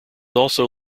also